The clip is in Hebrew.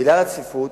בגלל הצפיפות,